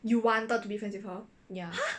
ya